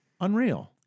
Unreal